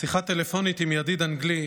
בשיחה טלפונית עם ידיד אנגלי,